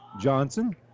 Johnson